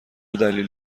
دلیل